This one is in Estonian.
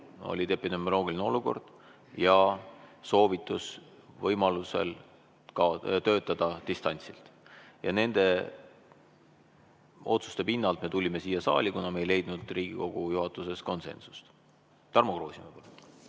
epidemioloogiline olukord ja soovitus võimalusel töötada distantsilt. Nende otsuste pinnalt me tulime siia saali, kuna me ei leidnud Riigikogu juhatuses konsensust. Tarmo Kruusimäe,